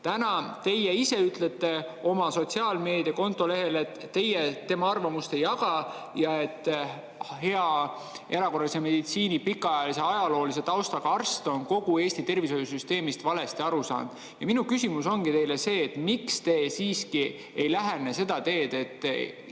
Täna teie ise ütlete oma sotsiaalmeedia kontol, et teie tema arvamust ei jaga ja et hea erakorralise meditsiini pikaajalise ajaloolise taustaga arst on kogu Eesti tervishoiusüsteemist valesti aru saanud. Minu küsimus ongi see: miks te siiski ei lähe seda teed, et